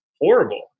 horrible